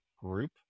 group